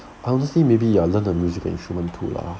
honestly maybe ya learn a musical instrument too lah